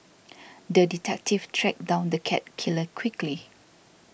the detective tracked down the cat killer quickly